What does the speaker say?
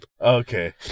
Okay